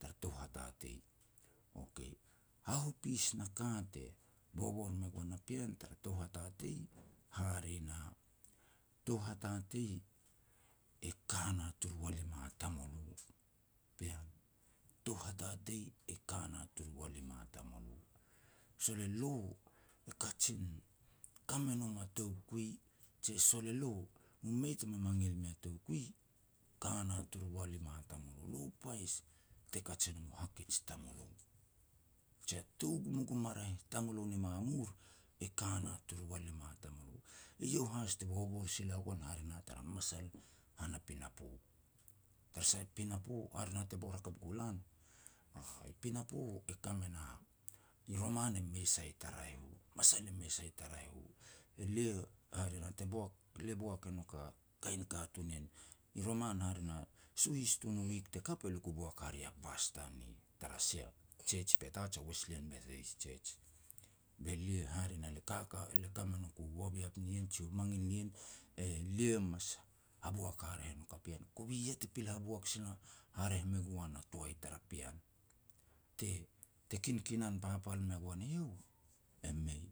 tar tou hatatei. Okay, hahopis na ka te bobor me goan a pean tar tou hatatei, hare na, tou hatatei e ka na turu walima tamulo, pean tou hatatei e ka na turu walima tamulo. Sol e lo e kajin ka me nom a toukui, jia sol elo mu mei tama mangil mea toukui, ka na turu walima tamulo, lo pais te kaj e nom u hakej tamulo. Jia tou gumgum a raeh tamulo ni mamur e ka na turu walima tamulo. Eiau has te bobor sila ua goan hare na tara masal han a pinapo. Tara sah pinapo, hare na te bor hakap gu lan, i pinapo e ka me na i roman e mei sai ta raeh u, masal i mei sai ta raeh u. Elia hare na te boak, le boak e nouk kain katun nien, i roman hare na suhis tun u wik te kap elia ku boak hare a Pastor tara sia jej i Petats a Weslyne Methodis Church, be lia hare na, le kaka le ka me nouk u waviap nien jia u mangil nien, elia mas haboak haraeh e nouk a pean. Kovi iah te pil haboak sila haraeh me gu an a toai tara pean. Te-te kinkinan papal me goan eiau, e mei.